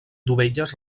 dovelles